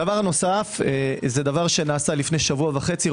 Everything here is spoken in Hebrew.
הדבר הנוסף נעשה לפני שבוע וחצי,